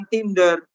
Tinder